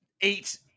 eight